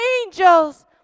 angels